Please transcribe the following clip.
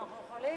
אנחנו יכולים.